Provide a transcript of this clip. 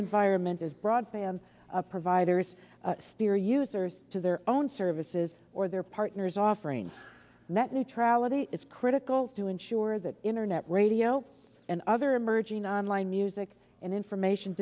environment as broadband providers steer users to their own services or their partners offering net neutrality is critical to ensure that internet radio and other emerging on line music and information